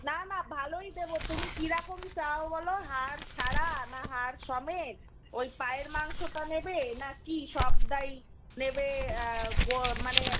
না না ভালোই দেব তুমি কীরকম চাও বল হাড় ছাড়া না হাড় সমেত ওই পায়ের মাংসটা নেবে নাকি সবটাই নেবে মানে